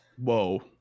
whoa